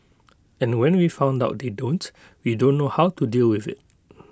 and when we found out they don't we don't know how to deal with IT